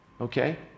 okay